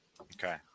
Okay